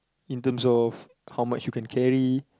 in terms of how much you can carry